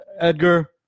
Edgar